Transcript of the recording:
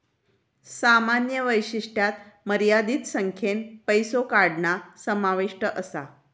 सामान्य वैशिष्ट्यांत मर्यादित संख्येन पैसो काढणा समाविष्ट असा